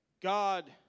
God